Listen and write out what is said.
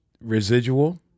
residual